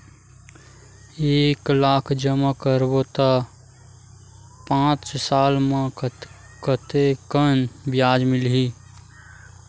एक लाख जमा करबो त पांच साल म कतेकन ब्याज मिलही?